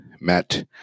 Matt